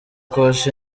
koch